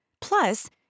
Plus